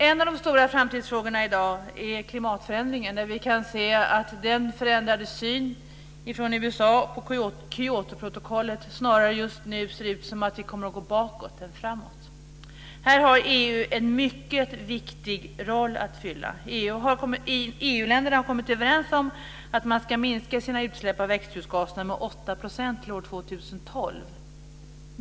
En av de stora framtidsfrågorna i dag är klimatförändringen, där det just nu ser ut som om den förändrade synen från USA på Kyotoprotokollet kommer att leda till att vi snarare kommer att gå bakåt än framåt. Här har EU en mycket viktig roll att fylla. EU-länderna har kommit överens om att de ska minska sina utsläpp av växthusgaserna med 8 % till år 2012.